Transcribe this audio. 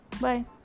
bye